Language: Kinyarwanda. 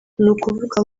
nukuvuga